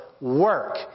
work